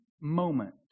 moment